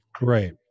Right